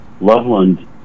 Loveland